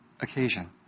occasion